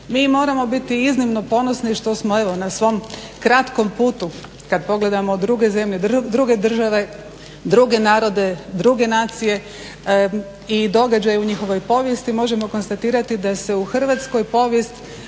Mi moramo biti iznimno ponosni što smo evo na svom kratkom putu kad pogledamo druge zemlje, druge države, druge narode, druge nacije i događaje u njihovoj povijesti možemo konstatirati da se u Hrvatskoj povijest